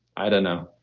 i don't know